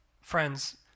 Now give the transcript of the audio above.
Friends